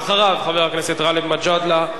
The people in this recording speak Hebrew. אחריו, חבר הכנסת גאלב מג'אדלה.